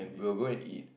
will go and eat